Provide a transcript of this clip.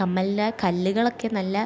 കമ്മലിൻ്റെ ആ കല്ലുകളൊക്കെ നല്ല